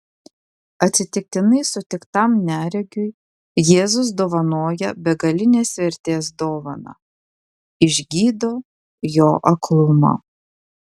atsitiktinai sutiktam neregiui jėzus dovanoja begalinės vertės dovaną išgydo jo aklumą